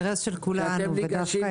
ביקשתי